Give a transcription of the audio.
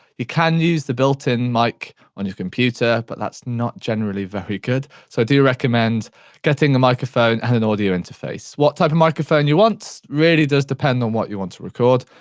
you can use the built-in mic on your computer, but that's not generally very good, so i do recommend getting a microphone and an audio interface. what type of microphone you want really does depend on what you want to record,